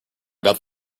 about